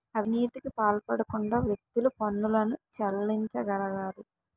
అవినీతికి పాల్పడకుండా వ్యక్తులు పన్నులను చెల్లించగలగాలి